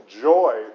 joy